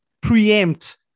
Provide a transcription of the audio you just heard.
preempt